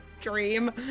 dream